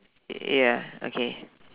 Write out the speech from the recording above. ya okay